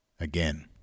Again